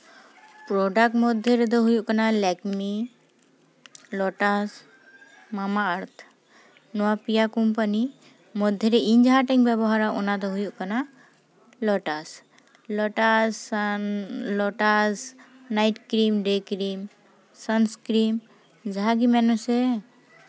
product ᱢᱚᱫᱽᱫᱷᱮ ᱨᱮᱫᱚ ᱦᱩᱭᱩᱜ ᱠᱟᱱᱟ ᱞᱮᱠᱢᱤ ᱞᱚᱴᱟᱥ ᱢᱟᱢᱟ ᱟᱨᱛᱷ ᱱᱚᱣᱟ ᱯᱮᱭᱟ ᱠᱳᱢᱯᱟᱱᱤ ᱢᱚᱫᱽᱫᱷᱮ ᱨᱮ ᱤᱧ ᱡᱟᱦᱟᱸᱴᱟᱜ ᱵᱮᱵᱚᱦᱟᱨᱟ ᱚᱱᱟ ᱫᱚ ᱦᱩᱭᱩᱜ ᱠᱟᱱᱟ ᱞᱳᱴᱟᱥ ᱞᱳᱴᱟᱥ ᱟᱨ Lotus night cream day cream sunscreen ᱡᱟᱦᱟᱸᱜᱮ ᱢᱮᱱ ᱢᱮᱥᱮ